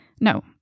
No